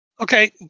Okay